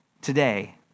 today